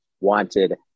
wanted